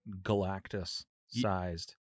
Galactus-sized